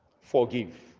forgive